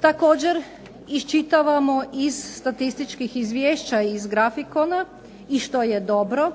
Također iščitavamo iz statističkih izvješća i iz grafikona i što je dobro